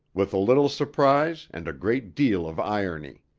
with a little surprise and a great deal of irony.